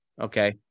Okay